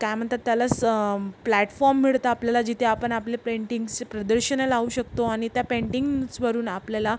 काय म्हणतात त्याला स प्लॅटफॉम मिळतं आपल्याला जिथे आपण आपले पेंटिंगचे प्रदर्शनं लावू शकतो आणि त्या पेंटिंग्चवरून आपल्याला